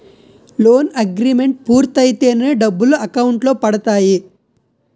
loan agreement పూర్తయితేనే డబ్బులు account లో పడతాయి